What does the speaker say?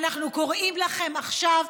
אנחנו קוראים לכם עכשיו: